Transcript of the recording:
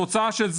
התוצאה,